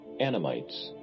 Anamites